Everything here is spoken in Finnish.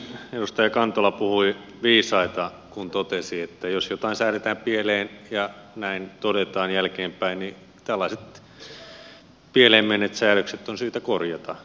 edustaja kantola puhui viisaita kun totesi että jos jotain säädetään pieleen ja näin todetaan jälkeenpäin niin tällaiset pieleen menneet säädökset on syytä korjata